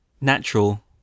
natural